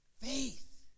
Faith